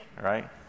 right